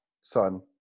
son